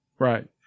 Right